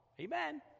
amen